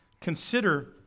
consider